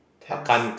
tense